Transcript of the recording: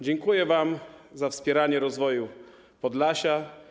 Dziękuję wam za wspieranie rozwoju Podlasia.